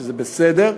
שזה בסדר.